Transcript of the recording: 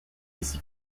ici